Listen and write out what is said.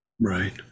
Right